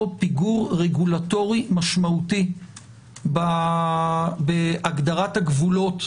פיגור רגולטורי משמעותי בהגדרת הגבולות